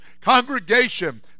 congregation